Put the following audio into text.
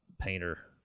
painter